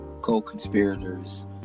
co-conspirators